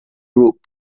group